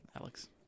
Alex